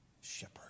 shepherd